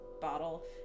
bottle